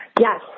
Yes